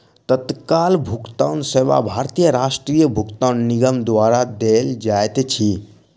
तत्काल भुगतान सेवा भारतीय राष्ट्रीय भुगतान निगम द्वारा देल जाइत अछि